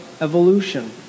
evolution